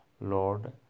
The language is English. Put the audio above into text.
Lord